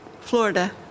Florida